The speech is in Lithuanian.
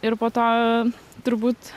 ir po to turbūt